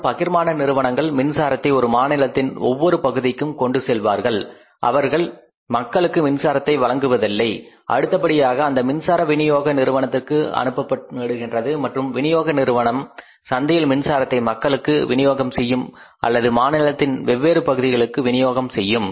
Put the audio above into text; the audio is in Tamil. மற்றும் பகிர்மான நிறுவனங்கள் மின்சாரத்தை ஒரு மாநிலத்தின் ஒவ்வொரு பகுதிக்கும் கொண்டு செல்வார்கள் ஆனால் அவர் மக்களுக்கு மின்சாரத்தை வழங்குவதில்லை அடுத்தபடியாக அந்த மின்சாரம் வினியோக நிறுவனத்துக்கு அனுப்பப்படுகின்றது மற்றும் விநியோக நிறுவனம் சந்தையில் மின்சாரத்தை மக்களுக்கு விநியோகம் செய்யும் அல்லது மாநிலத்தின் வெவ்வேறு பகுதிகளுக்கு விநியோகம் செய்யும்